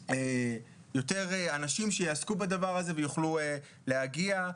יותר אנשים שיעסקו בדבר הזה ויוכלו להגיע.